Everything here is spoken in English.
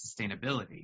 sustainability